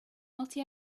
multi